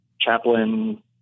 chaplain